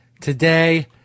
today